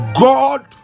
God